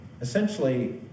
essentially